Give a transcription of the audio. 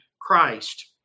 Christ